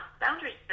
boundaries